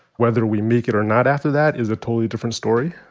whether we make it or not after that is a totally different story.